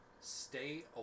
stay